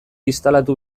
instalatu